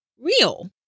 real